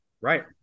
right